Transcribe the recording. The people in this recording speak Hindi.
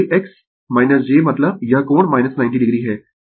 तो j x j मतलब यह कोण -90o है